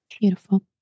beautiful